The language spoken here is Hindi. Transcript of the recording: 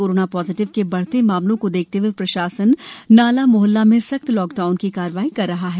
कोरोना पॉज़िटिव के बढ़ते मामलों को देखते हए प्रशासन नाला मोहल्ला में सख्त लॉक डाउन की कार्रवाई कर रहा है